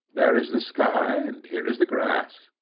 there is the sky, and here is the grass.